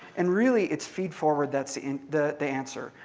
and really, it's feed-forward that's the the answer.